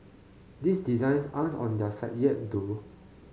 these designs aren't on their site yet though